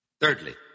Thirdly